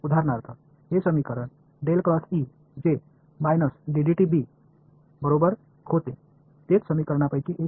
உதாரணமாக இதை நினைவில் கொள்ளுங்கள் நான் வைத்திருந்த இந்த சமன்பாடு க்கு சமமாகும் இது சமன்பாடுகளில் ஒன்றாகும்